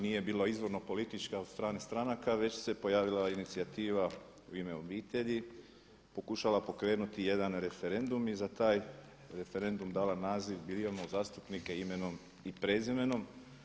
Nije bilo izvorno politički od strane stranka već se pojavila inicijativa „U ime obitelji“ pokušala pokrenuti jedan referendum i za taj referendum dala naziv „Birajmo zastupnike imenom i prezimenom“